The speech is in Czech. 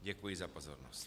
Děkuji za pozornost.